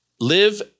live